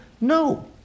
No